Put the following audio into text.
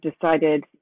decided